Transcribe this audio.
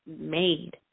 made